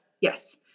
Yes